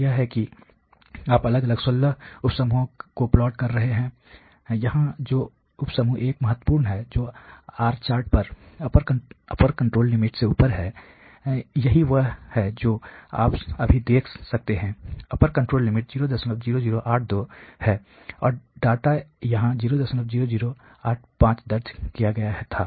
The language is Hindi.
तो यह है कि आप अलग अलग 16 उपसमूहों को प्लॉट कर रहे हैं यहां जो उप समूह 1 महत्वपूर्ण है जो R चार्ट पर अपर कंट्रोल लिमिट से ऊपर है यही वह है जो आप अभी देख सकते हैं अपर कंट्रोल लिमिट 00082 है और डेटा यहाँ 00085 दर्ज किया गया था